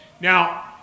Now